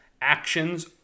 actions